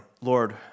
Lord